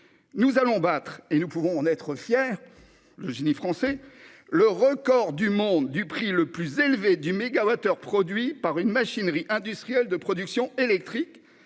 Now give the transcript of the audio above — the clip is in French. Nous allons battre- nous pouvons en être fiers, c'est le génie français ! -le record du monde du prix le plus élevé du mégawattheure issu d'une machinerie industrielle de production électrique.